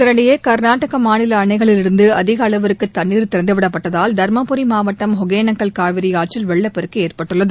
இதனிடையே கர்நாடக மாநில அணைகளிலிருந்து அதிக அளவுக்கு தண்ணீர் திறந்துவிடப்பட்டதால் தருமபுரி மாவட்டம் ஒகேனக்கல் காவிரி ஆற்றில் வெள்ளப்பெருக்கு ஏற்பட்டுள்ளது